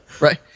Right